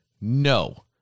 No